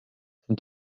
sind